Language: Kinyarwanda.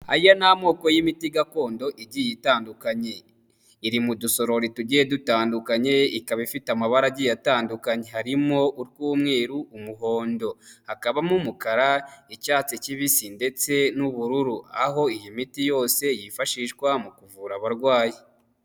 Aya ni amoko y'imiti gakondo igiye itandukanye, iri mu dusorori tugiye dutandukanye, ikaba ifite amabara agiye atandukanye, harimo utw'umweru, umuhondo, hakabamo umukara, icyatsi kibisi ndetse n'ubururu, aho iyi miti yose yifashishwa mu kuvura abarwayi.